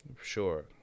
Sure